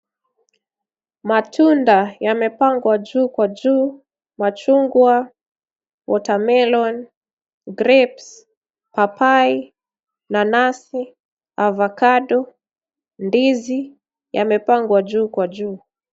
Matunda yamepangwa juu kwa juu, machungwa, watermelon, grapes , papai, nanasi, avacado , ndizi yamepangwa juu kwa juu.